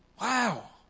Wow